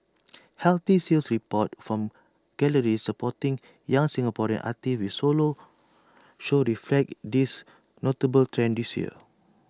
healthy sales reports from galleries supporting young Singaporean artists with solo shows reflect this notable trend this year